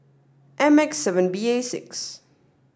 M X seven B A six